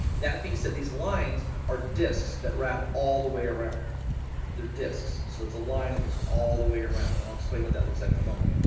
that being said, these lines are disks that wrap all the way around their disks. so it's a line that goes all the way around and i'll explain what that looks like in a moment.